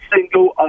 single